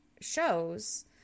shows